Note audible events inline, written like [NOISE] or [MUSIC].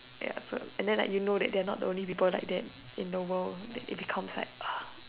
ya so and then like you know that they are not the only people like that in the world then it becomes like [BREATH]